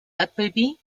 appleby